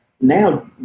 now